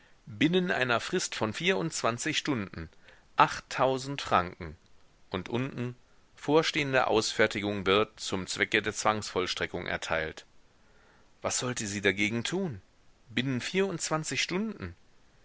binnen einer frist von vierundzwanzig stunden achttausend franken und unten vorstehende ausfertigung wird zum zwecke der zwangsvollstreckung erteilt was sollte sie dagegen tun binnen vierundzwanzig stunden